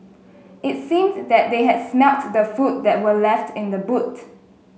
it seemed that they had smelt the food that were left in the boot